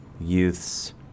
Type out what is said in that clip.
Youths